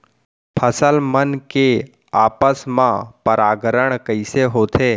फसल मन के आपस मा परागण कइसे होथे?